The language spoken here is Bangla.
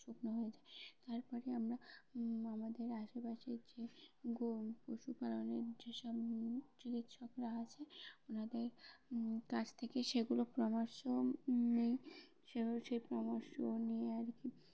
শুকনো হয়ে যায় তারপরে আমরা আমাদের আশেপাশের যে গো পশুপালনের যেসব চিকিৎসকরা আছে ওনাদের কাছ থেকে সেগুলো পরামর্শ নিই সে সেই পরামর্শ নিয়ে আর কি